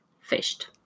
fished